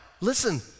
listen